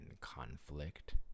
conflict